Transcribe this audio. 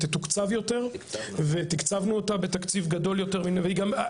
תקצוב של המשרד ב-20 מיליון שקלים לטובת מיזם "בראשית